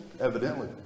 Evidently